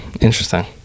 Interesting